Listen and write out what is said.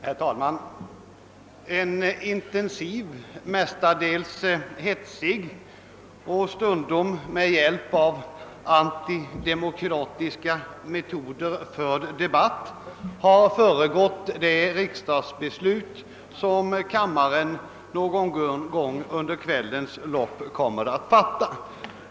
Herr talman! En intensiv, mestadels hetsig och stundom med hjälp av antidemokratiska metoder förd debatt har föregått det beslut som kammaren någon gång under kvällens lopp kommer att fatta.